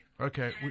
Okay